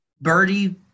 Birdie